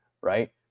right